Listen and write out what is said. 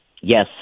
Yes